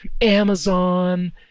Amazon